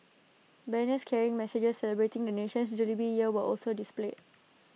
banners carrying messages celebrating the nation's jubilee year were also displayed